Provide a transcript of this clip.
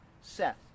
Seth